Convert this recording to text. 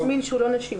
או תסמין שהוא לא נשימתי.